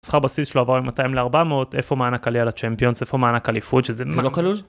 שכר בסיס שלו עבר מ-200 ל-400. איפה מענק עלייה לצ'מפיונס? איפה מענק אליפות? זה לא כלול?